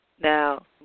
Now